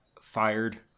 fired